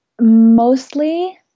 mostly